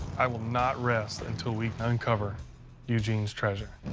i will not rest until we uncover eugene's treasure.